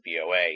BOA